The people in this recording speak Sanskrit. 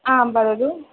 आं वदतु